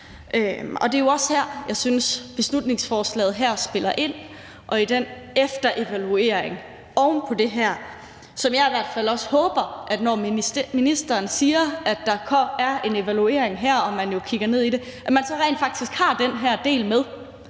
og det er jo også her, jeg synes at beslutningsforslaget spiller ind. Og i forhold til en efterevaluering oven på det her håber jeg i hvert fald, når ministeren siger, at der kommer en evaluering her og man jo kigger ned i det, at man så rent faktisk har den her del med,